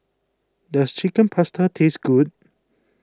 does Chicken Pasta taste good